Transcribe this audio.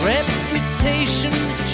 Reputation's